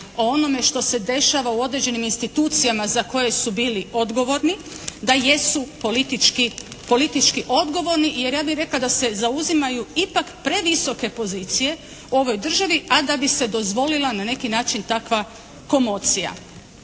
o onome što se dešava u određenim institucijama za koje su bili odgovorni, da jesu politički odgovorni jer ja bih rekla da se zauzimaju ipak previsoke pozicije u ovoj državi a da bi se dozvolila na neki način takva komocija.